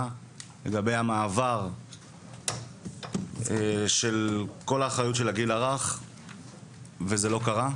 לגבי המעבר של כל האחריות של הגיל הרך וזה לא קרה,